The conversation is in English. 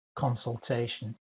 consultation